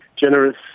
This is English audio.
generous